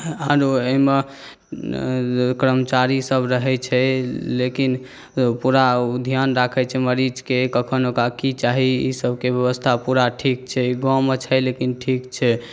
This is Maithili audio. आरो एहिमे कर्मचारी सब रहै छै लेकिन पूरा ध्यान राखै छै मरीजके कखन ओकरा की चाही सबके व्यवस्था सबटा ठीक छै पूरा गाँवमे छै लेकिन ठीक छै